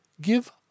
Give